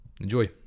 Enjoy